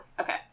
Okay